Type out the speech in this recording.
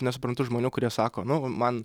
nesuprantu žmonių kurie sako nu man